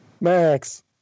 Max